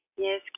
Yes